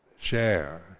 share